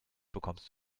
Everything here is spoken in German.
bekommst